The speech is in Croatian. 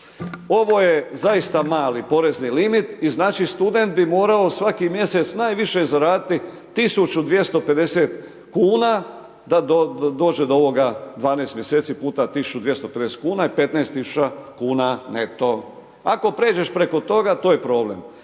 Ovo je zaista mali porezni limit i znači student bi morao svaki mjesec najviše zaradit 1.250 kuna da dođe do ovoga 12 mjeseci puta 1.250 je 15.000 kuna neto. Ako pređeš preko toga to je problem,